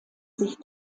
sich